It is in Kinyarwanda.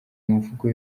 mvugo